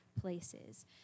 places